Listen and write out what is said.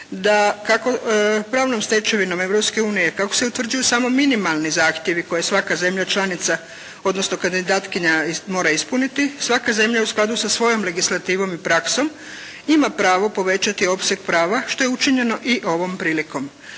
da pravnom stečevinom Europske unije kako se utvrđuju samo minimalni zahtjevi koje svaka zemlja članica, odnosno kandidatkinja mora ispuniti, svaka zemlja sa svojom legislativom i praksom ima pravo povećati opseg prava, što je učinjeno i ovom prilikom.